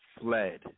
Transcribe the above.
fled